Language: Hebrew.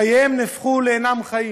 חייהם נהפכו, אינם חיים.